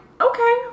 okay